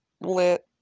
lit